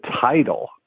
title